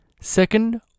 second